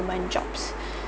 human jobs